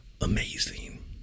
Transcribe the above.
amazing